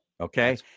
Okay